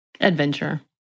Adventure